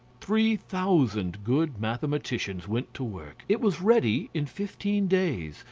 three thousand good mathematicians went to work it was ready in fifteen days,